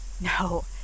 No